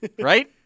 Right